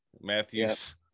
Matthews